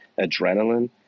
adrenaline